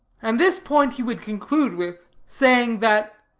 and this point he would conclude with saying, that,